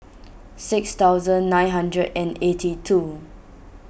six thousand nine hundred and eighty two